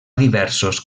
diversos